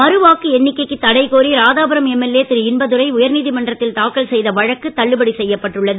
மறுவாக்கு எண்ணிக்கைக்கு தடை கோரி ராதாபுரம் எம்எல்ஏ திரு இன்பதுரை உயர்நீதிமன்றத்தில் தாக்கல் செய்த ச வழக்கு தள்ளுபடி செய்யப்பட்டுள்ளது